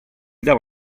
dava